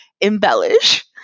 Embellish